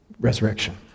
resurrection